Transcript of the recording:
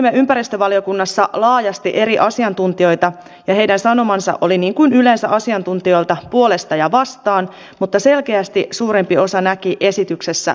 me kuulimme ympäristövaliokunnassa laajasti eri asiantuntijoita ja heidän sanomansa oli niin kuin yleensä asiantuntijoilta puolesta ja vastaan mutta selkeästi suurempi osa näki esityksessä duubioita